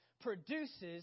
produces